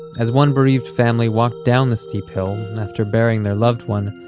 as one bereaved family walked down the steep hill after burying their loved one,